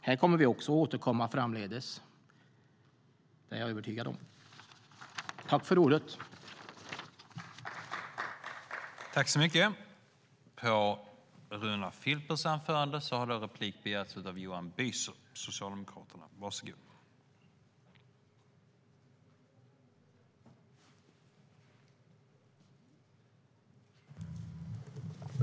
Här kommer vi också att återkomma framdeles, är jag övertygad om.I detta anförande instämde Anders Forsberg .